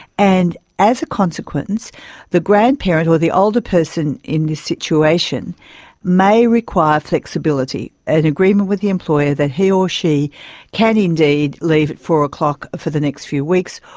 and as a consequence the grandparent or the older person in this situation may require flexibility, an agreement with the employer that he or she can indeed leave at four o'clock for the next few weeks,